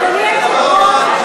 אדוני היושב-ראש,